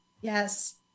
Yes